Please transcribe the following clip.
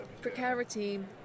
precarity